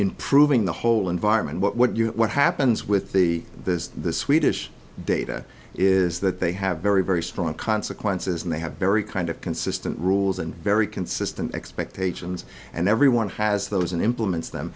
improving the whole environment what you know what happens with the the swedish data is that they have very very strong consequences and they have very kind of consistent rules and very consistent expectations and everyone has those and implements them